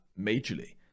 majorly